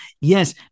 yes